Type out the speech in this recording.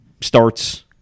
Starts